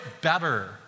better